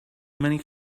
many